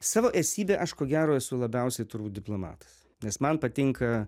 savo esybe aš ko gero esu labiausiai turbūt diplomatas nes man patinka